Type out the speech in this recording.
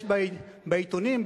בעיתונים,